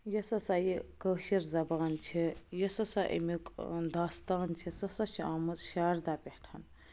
یۄس ہَسا یہِ کٲشِر زبان چھِ یُس ہَسا اَمیُک داستان چھِ سُہ ہَسا چھِ آمٕژ شاردا پٮ۪ٹھ